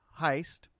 heist